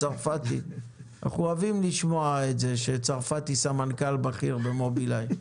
אנחנו אוהבים לשמוע שצרפתי סמנכ"ל בכיר במובילאיי.